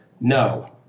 no